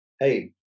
hey